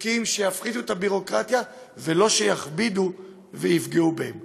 חוקים שיפחיתו את הביורוקרטיה ולא שיכבידו ויפגעו בהם.